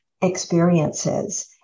experiences